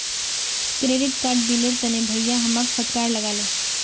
credit card बिलेर तने भाया हमाक फटकार लगा ले